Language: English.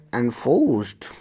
enforced